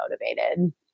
motivated